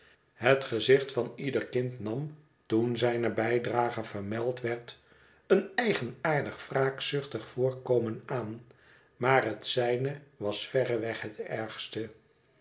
het gezicht van ieder kind nam toen zijne bijdrage vermeld werd een eigenaardig wraakzuchtig voorkomen aan maar het zijne was verreweg het ergste